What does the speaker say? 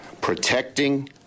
Protecting